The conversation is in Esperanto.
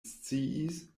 sciis